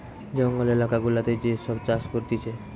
জঙ্গল এলাকা গুলাতে যে সব চাষ করতিছে